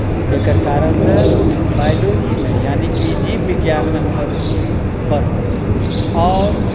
जकर कारणसँ बायोलॉजीमे यानिकि जीवविज्ञानमे हमर रूचि बढ़ल आओर